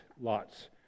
lots